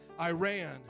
Iran